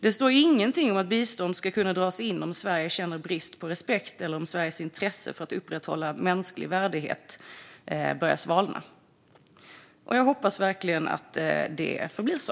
Det står ingenting om att bistånd ska kunna dras in om Sverige känner brist på respekt eller om Sveriges intresse för att upprätthålla mänsklig värdighet börjar svalna. Jag hoppas verkligen att det förblir så.